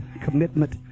commitment